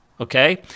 okay